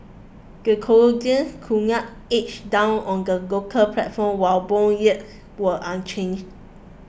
the Croatian kuna edged down on the local platform while bond yields were unchanged